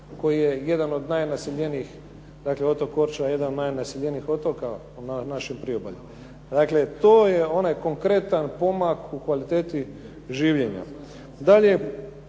Korčula, jedan od najnaseljenijih otoka na našem priobalju. Dakle, to je onaj konkretan pomak u kvaliteti življenja.